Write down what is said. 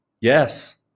Yes